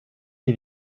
qui